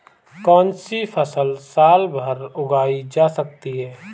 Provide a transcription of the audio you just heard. कौनसी फसल साल भर उगाई जा सकती है?